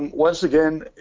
once again,